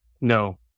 No